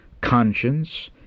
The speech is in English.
Conscience